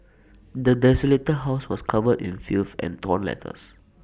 the desolated house was covered in filth and torn letters